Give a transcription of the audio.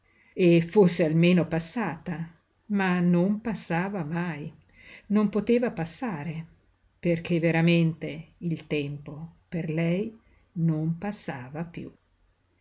e fosse almeno passata ma non passava mai non poteva passare perché veramente il tempo per lei non passava piú